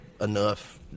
enough